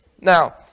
now